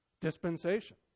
dispensation